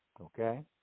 Okay